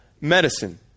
medicine